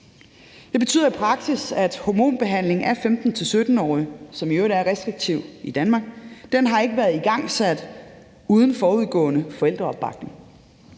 det betyder i praksis, at hormonbehandlingen af 15-17-årige, som i øvrigt er restriktiv i Danmark, ikke har været igangsat uden forudgående forældreopbakning.